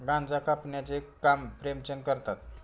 गांजा कापण्याचे काम प्रेमचंद करतात